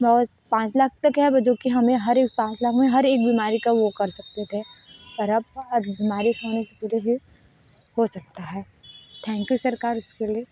बहुत पाँच लाख तक है अब जो कि हमें हर एक पाँच लाख में हर एक बीमारी का वो कर सकते थे पर अब अब बीमारी से होने से पहले ही हो सकता है थैंक यू सरकार उसके लिए